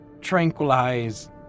tranquilize